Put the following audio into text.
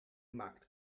maakt